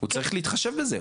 הוא צריך להתחשב בזה.